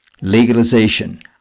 legalization